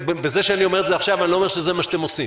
ובזה שאני אומר את זה עכשיו אני לא אומר שזה מה שאתם עושים,